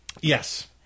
Yes